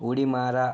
उडी मारा